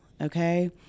okay